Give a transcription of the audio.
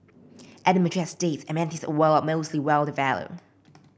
at the mature estates amenities are well well developed